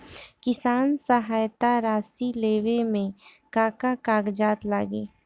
किसान सहायता राशि लेवे में का का कागजात लागी?